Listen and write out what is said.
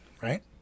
right